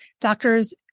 doctors